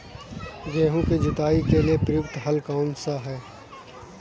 गेहूँ की जुताई के लिए प्रयुक्त हल कौनसा है?